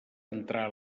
entrar